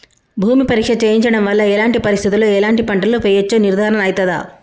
భూమి పరీక్ష చేయించడం వల్ల ఎలాంటి పరిస్థితిలో ఎలాంటి పంటలు వేయచ్చో నిర్ధారణ అయితదా?